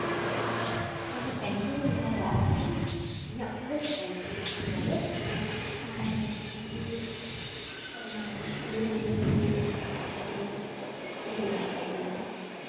ᱚᱱᱟ ᱯᱮᱱᱴᱤᱝ ᱤᱧ ᱛᱮᱭᱟᱨ ᱞᱟᱜ ᱛᱟᱦᱮᱱ ᱤᱧᱟᱹᱜ ᱯᱷᱟᱥᱴ ᱯᱮᱱᱴᱤᱝ ᱠᱟᱱᱟ ᱚᱱᱟᱜᱮ ᱟᱨ ᱚᱱᱟᱜᱮ ᱚᱱᱟ ᱥᱠᱩᱞ ᱨᱮᱱᱤᱡ ᱡᱟᱦᱟᱸᱭ ᱛᱟᱞᱮ ᱦᱮᱰ ᱢᱟᱥᱴᱟᱨ ᱠᱟᱱᱟᱭ